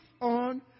on